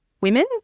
women